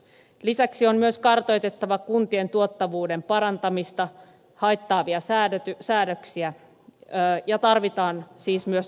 lisäksi on myös kartoitettava kuntien tuottavuuden parantamista haittaavia säädöksiä ja tarvitaan siis myös normitalkoita